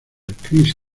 kris